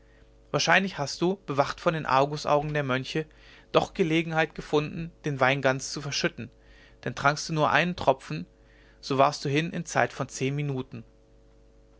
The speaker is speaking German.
wahrscheinlich hast du bewacht von den argusaugen der mönche doch gelegenheit gefunden den wein ganz zu verschütten denn trankst du nur einen tropfen so warst du hin in zeit von zehn minuten